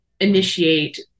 initiate